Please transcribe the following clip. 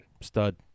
Stud